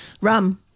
Rum